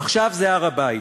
עכשיו זה הר-הבית.